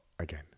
Again